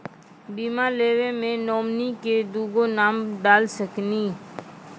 बीमा लेवे मे नॉमिनी मे दुगो नाम डाल सकनी?